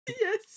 Yes